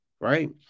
Right